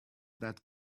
that